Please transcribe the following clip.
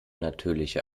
natürliche